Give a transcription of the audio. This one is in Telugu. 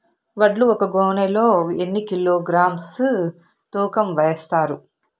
వడ్లు ఒక గోనె లో ఎన్ని కిలోగ్రామ్స్ తూకం వేస్తారు?